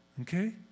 okay